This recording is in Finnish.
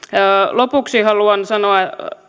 lopuksi haluan